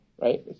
right